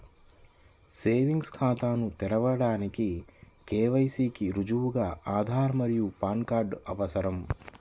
savings ఖాతాను తెరవడానికి KYC కి రుజువుగా ఆధార్ మరియు పాన్ కార్డ్ అవసరం